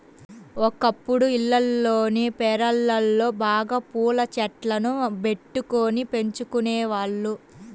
ఒకప్పుడు ఇళ్లల్లోని పెరళ్ళలో బాగా పూల చెట్లను బెట్టుకొని పెంచుకునేవాళ్ళు